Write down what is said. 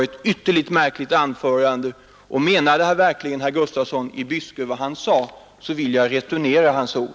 Om herr Gustafsson i Byske har en sådan inställning så vill jag returnera hans ord.